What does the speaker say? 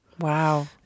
Wow